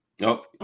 Nope